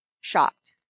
shocked